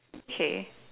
k